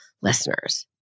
listeners